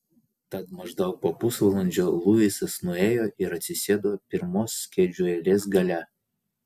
tad maždaug po pusvalandžio luisas nuėjo ir atsisėdo pirmos kėdžių eilės gale